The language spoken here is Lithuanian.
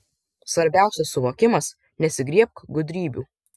svarbiausias suvokimas nesigriebk gudrybių